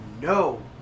no